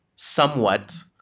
somewhat